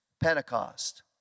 Pentecost